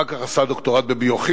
אחר כך עשה דוקטורט בביו-כימיה,